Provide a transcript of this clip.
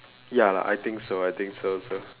ya lah I think so I think so also